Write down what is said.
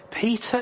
Peter